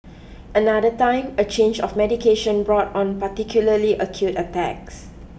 another time a change of medication brought on particularly acute attacks